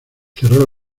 cerró